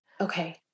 Okay